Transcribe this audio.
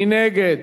מי נגד?